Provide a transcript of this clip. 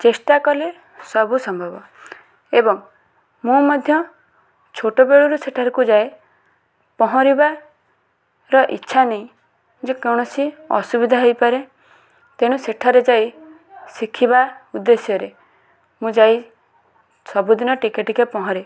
ଚେଷ୍ଟା କଲେ ସବୁ ସମ୍ଭବ ଏବଂ ମୁଁ ମଧ୍ୟ ଛୋଟବେଳରୁ ସେଠାକୁ ଯାଏ ପହଁରିବାର ଇଚ୍ଛା ନେଇ ଯେକୌଣସି ଅସୁବିଧା ହେଇପାରେ ତେଣୁ ସେଠାରେ ଯାଇ ଶିଖିବା ଉଦ୍ଦେଶ୍ୟରେ ମୁଁ ଯାଇ ସବୁଦିନ ଟିକେ ଟିକେ ପହଁରେ